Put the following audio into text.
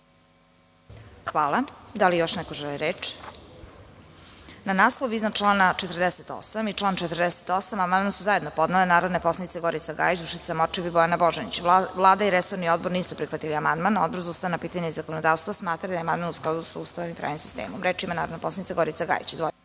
Hvala. Da li još neko želi reč? (Ne.)Na naslov iznad člana 48. i član 48. amandman su zajedno podnele narodni poslanici Gorica Gajić, Dušica Morčev i Bojana Božanić. Vlada i resorni odbor nisu prihvatili amandman. Odbor za ustavna pitanja i zakonodavstvo smatraju da je amandman u skladu sa Ustavom i pravnim sistemom. Reč ima narodna poslanica Gorica Gajić.